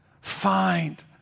find